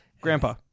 Grandpa